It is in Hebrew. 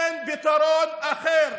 אין פתרון אחר.